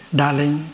darling